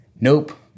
nope